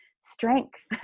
strength